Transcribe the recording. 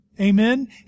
Amen